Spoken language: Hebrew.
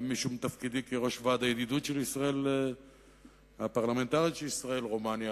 גם משום תפקידי כראש ועד הידידות הפרלמנטרית של ישראל רומניה,